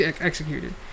executed